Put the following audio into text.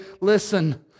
listen